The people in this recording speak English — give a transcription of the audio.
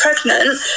pregnant